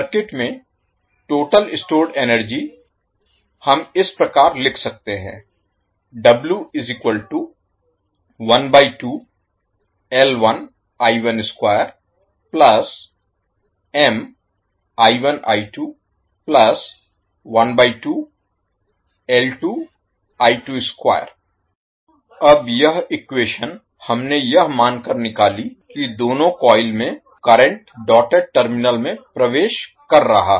circuit में total stored energy हम इस प्रकार लिख सकते हैं अब यह इक्वेशन हमने यह मानकर निकाली कि दोनों कॉइल में करंट डॉटेड टर्मिनल में प्रवेश कर रहा है